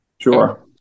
sure